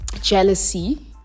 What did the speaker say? jealousy